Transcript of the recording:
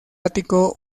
ático